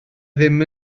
ddim